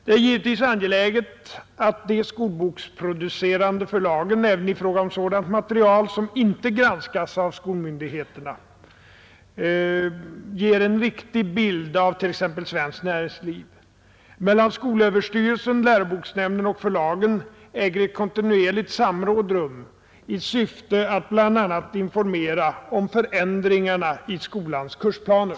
Det är givetvis angeläget att de skolboksproducerande förlagen, även i fråga om sådant material som inte granskas av skolmyndigheterna, ger en riktig bild av t.ex. svenskt näringsliv. Mellan skolöverstyrelsen, läroboksnämnden och förlagen äger ett kontinuerligt samråd rum i syfte att bl.a. informera om förändringarna i skolans kursplaner.